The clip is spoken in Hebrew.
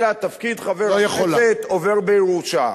אלא תפקיד חבר הכנסת עובר בירושה.